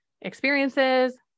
experiences